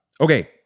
Okay